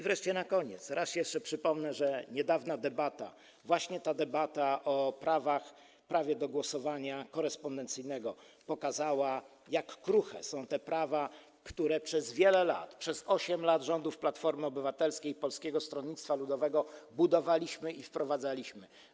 Wreszcie na koniec raz jeszcze przypomnę, że niedawna debata, właśnie ta debata o prawie do głosowania korespondencyjnego, pokazała, jak kruche są te prawa, które przez wiele lat, przez 8 lat rządów Platformy Obywatelskiej i Polskiego Stronnictwa Ludowego, budowaliśmy i wprowadzaliśmy.